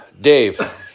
Dave